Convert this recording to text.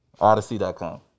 odyssey.com